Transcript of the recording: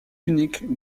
unique